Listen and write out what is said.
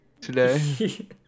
today